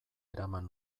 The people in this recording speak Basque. eraman